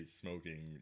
smoking